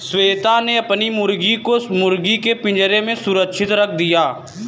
श्वेता ने अपनी मुर्गी को मुर्गी के पिंजरे में सुरक्षित रख दिया